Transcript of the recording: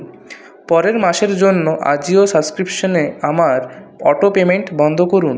পরের মাসের জন্য আজিও সাবস্ক্রিপশনে আমার অটো পেমেন্ট বন্ধ করুন